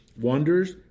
wonders